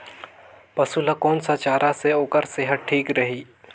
पशु ला कोन स चारा से ओकर सेहत ठीक रही?